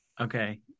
Okay